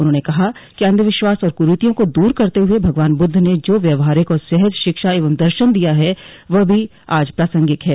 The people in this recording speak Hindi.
उन्होंने कहा कि अंध विश्वास और कुरोतियों को दूर करते हुये भगवान बुद्ध ने जो व्यवहारिक और सहज शिक्षा एवं दर्शन दिया ह वह आज भी प्रासंगिक है